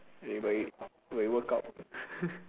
everybody we work out